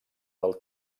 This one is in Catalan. del